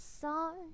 song